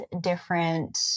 different